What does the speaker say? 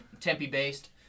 Tempe-based